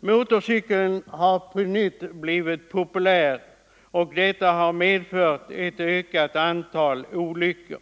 Onsdagen den Motorcykeln har på nytt blivit populär. Detta har medfört ett ökat 20 november 1974 antal olyckor